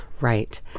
Right